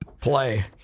play